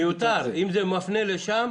מיותר, אם זה מפנה לסעיף